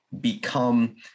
become